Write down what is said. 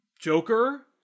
Joker